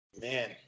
man